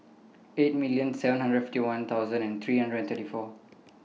eight million seven hundred fifty one thousand and three hundred and thirty four